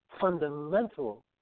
fundamental